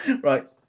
right